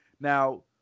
Now